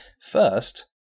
First